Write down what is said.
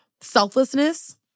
selflessness